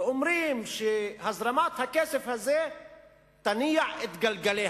אומרים שהזרמת הכסף הזה תניע את גלגלי